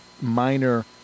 minor